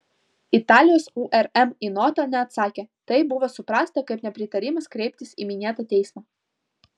italijos urm į notą neatsakė tai buvo suprasta kaip nepritarimas kreiptis į minėtą teismą